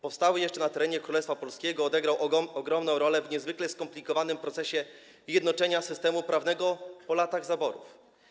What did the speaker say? Powstały jeszcze na terenie Królestwa Polskiego, odegrał ogromną rolę w niezwykle skomplikowanym procesie jednoczenia systemu prawnego po latach zaborów.